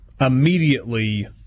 immediately